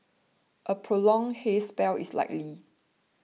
a prolonged haze spell is likely